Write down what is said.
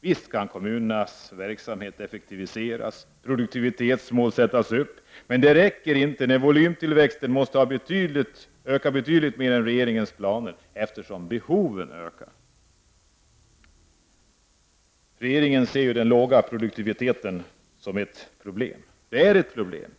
Visst kan kommunernas verksamhet effektiviseras och visst kan produktivitetsmål sättas upp, men det räcker inte när volymtillväxten måste öka betydligt mer än enligt regeringens planer, eftersom behoven ökar. Regeringen ser ju den låga produktiviteten som ett problem — och den är ett problem.